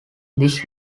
this